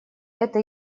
это